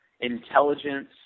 intelligence